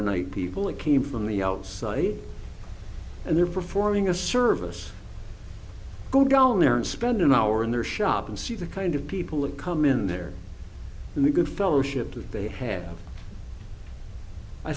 by night people it came from the outside and they're performing a service go down there and spend an hour in their shop and see the kind of people that come in there and the good fellowship that they have i